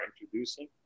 introducing